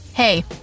Hey